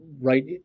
right